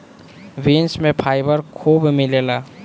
beans में fibre खूब मिलेला